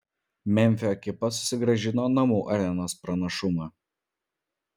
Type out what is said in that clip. memfio ekipa susigrąžino namų arenos pranašumą